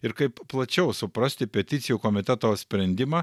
ir kaip plačiau suprasti peticijų komiteto sprendimą